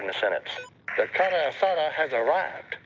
in a sentence? the carasada has arrived.